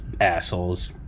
assholes